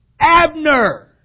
Abner